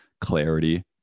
clarity